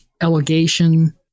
allegation